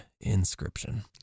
Inscription